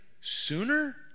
sooner